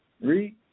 Read